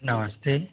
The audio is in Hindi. नमस्ते